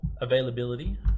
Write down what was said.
availability